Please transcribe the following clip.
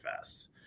fast